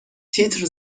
تیتر